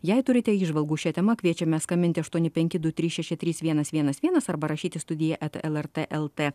jei turite įžvalgų šia tema kviečiame skambinti aštuoni penki du trys šeši trys vienas vienas vienas arba rašyti studija eta lrt lt